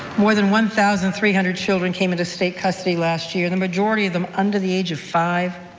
more than one thousand three hundred children came into state custody last year, the majority of them under the age of five,